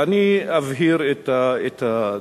ואני אבהיר את הדבר.